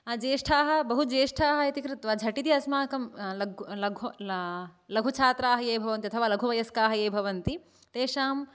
ज्येष्ठाः बहु ज्येष्ठाः इति कृत्वा झटिति अस्माकं लघुच्छात्राः ये भवन्ति अथवा लघुवयस्काः ये भवन्ति तेषां